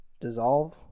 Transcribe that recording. dissolve